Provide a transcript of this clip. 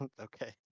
okay